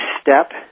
step